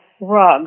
rug